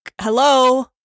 hello